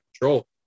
control